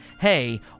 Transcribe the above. hey